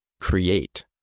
create